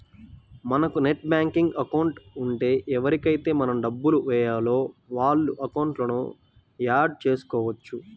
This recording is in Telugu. మనకు నెట్ బ్యాంకింగ్ అకౌంట్ ఉంటే ఎవరికైతే మనం డబ్బులు వేయాలో వాళ్ళ అకౌంట్లను యాడ్ చేసుకోవచ్చు